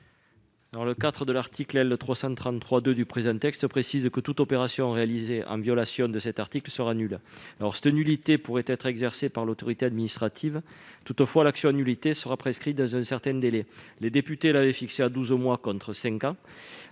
introduit par le présent texte, précise que toute opération réalisée en violation de cet article sera nulle. Cette nullité pourrait être exercée par l'autorité administrative. Toutefois, l'action en nullité sera prescrite dans un certain délai. Les députés l'avaient fixé à douze mois, contre cinq